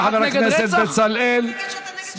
תודה לחבר הכנסת סמוטריץ.